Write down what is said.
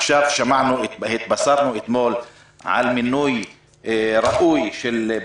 עכשיו שמענו אתמול על מינוי ראוי של פרופ'